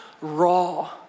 raw